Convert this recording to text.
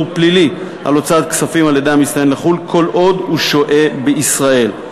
פלילי על הוצאת כספים על-ידי המסתנן לחו"ל כל עוד הוא שוהה בישראל.